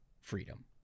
freedom